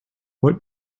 what